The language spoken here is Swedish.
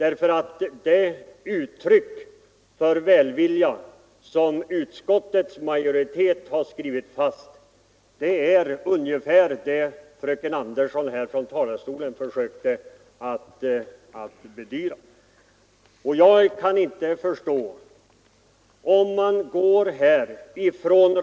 Fröken Anderssons bedyranden från kammarens talarstol nu var nämligen ungefär desamma som de uttryck för välvilja som återfinns i utskottsmajoritetens skrivning.